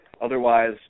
Otherwise